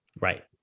Right